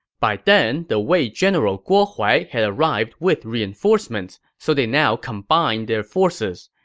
by then, the wei general guo huai had arrived with reinforcements, so they now combined their forces.